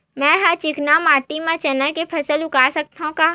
मै ह चिकना माटी म चना के फसल उगा सकथव का?